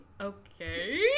okay